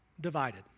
divided